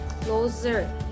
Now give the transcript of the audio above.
closer